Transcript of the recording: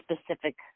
specific